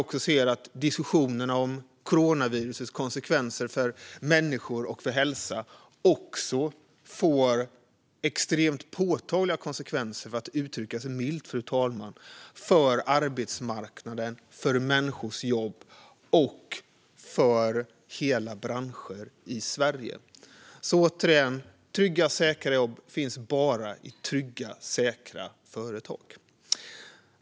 Coronavirusets konsekvenser för människor och för hälsan får, för att uttrycka sig milt, extremt påtagliga konsekvenser för arbetsmarknaden, för människors jobb och för hela branscher i Sverige. Återigen: Trygga, säkra jobb finns bara i trygga, säkra företag.